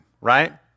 right